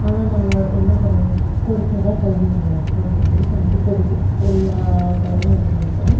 ஆனால் நம்மளோட என்ன பண்ணுவோம் கொதித்தா தான் கொழம்பு நல்லாயிருக்கும் அப்படின்னு சொல்லிட்டு நம்ம வந்துட்டு கொதிக்க எல்லா கொழம்பும் எப்படி வைக்கிறோமோ